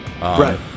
right